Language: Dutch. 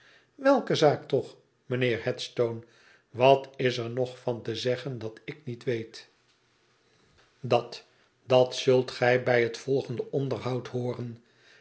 welke zaak toch mijnheer headstone wat is er nog van te zeggen dat ik niet weet dat dat zult j bij het volgende onderhoud hooren